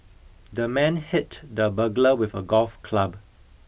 the man hit the burglar with a golf club